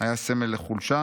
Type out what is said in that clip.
היה סמל לחולשה,